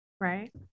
right